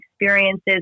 experiences